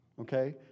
Okay